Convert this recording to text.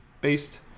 based